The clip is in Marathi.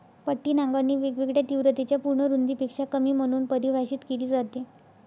पट्टी नांगरणी वेगवेगळ्या तीव्रतेच्या पूर्ण रुंदीपेक्षा कमी म्हणून परिभाषित केली जाते